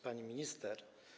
Pani Minister!